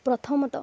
ପ୍ରଥମତଃ